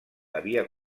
havia